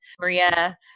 Maria